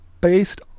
based